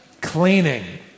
cleaning